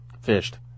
Fished